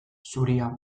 zuria